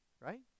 right